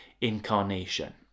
incarnation